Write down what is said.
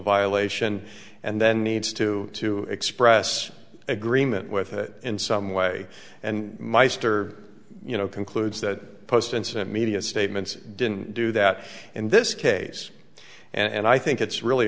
violation and then needs to to express agreement with it in some way and meister you know concludes that post incident media statements didn't do that in this case and i think it's really